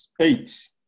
eight